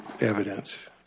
evidence